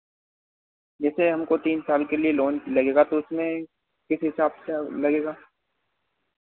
जैसे हमको तीन साल के लिए लोन लगेगा तो उसमें किस हिसाब से लगेगा